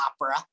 opera